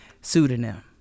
pseudonym